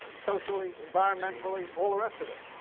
socially, environmentally, all the rest of it.